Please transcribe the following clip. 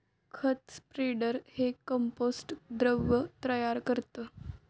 खत स्प्रेडर हे कंपोस्ट द्रव तयार करतं